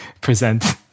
present